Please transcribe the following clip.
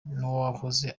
n’uwahoze